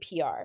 PR